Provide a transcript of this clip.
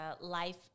life